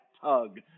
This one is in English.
tug